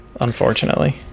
Unfortunately